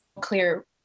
clear